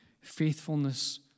faithfulness